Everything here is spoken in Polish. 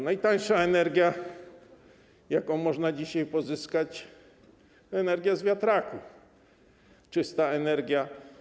Najtańsza energia, jaką można dzisiaj pozyskać, to energia z wiatraków, czysta energia.